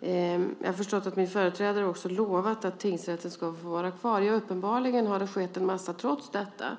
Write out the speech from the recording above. Jag har förstått att min företrädare också har lovat att tingsrätten ska få vara kvar. Men uppenbarligen har det skett en massa trots detta.